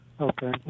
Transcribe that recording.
Okay